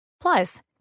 Plus